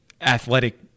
athletic